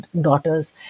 daughters